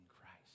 Christ